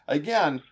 again